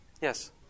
Yes